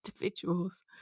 individuals